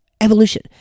evolution